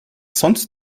sonst